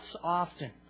often